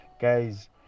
Guys